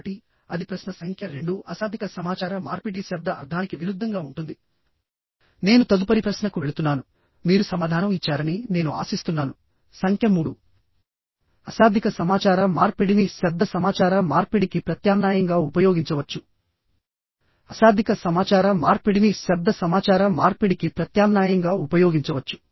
కాబట్టి అది ప్రశ్న సంఖ్య రెండు అశాబ్దిక సమాచార మార్పిడి శబ్ద అర్థానికి విరుద్ధంగా ఉంటుంది నేను తదుపరి ప్రశ్నకు వెళుతున్నాను మీరు సమాధానం ఇచ్చారని నేను ఆశిస్తున్నానుసంఖ్య మూడు అశాబ్దిక సమాచార మార్పిడిని శబ్ద సమాచార మార్పిడికి ప్రత్యామ్నాయంగా ఉపయోగించవచ్చు అశాబ్దిక సమాచార మార్పిడిని శబ్ద సమాచార మార్పిడికి ప్రత్యామ్నాయంగా ఉపయోగించవచ్చు